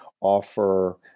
offer